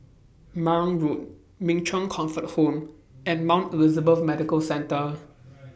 Marang Road Min Chong Comfort Home and Mount Elizabeth Medical Centre